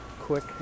Quick